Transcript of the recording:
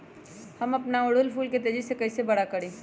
हम अपना ओरहूल फूल के तेजी से कई से बड़ा करी?